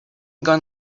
gun